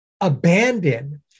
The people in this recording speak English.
abandon